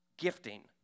gifting